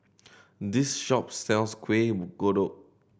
this shop sells Kuih Kodok